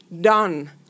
done